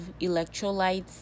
electrolytes